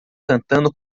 cantando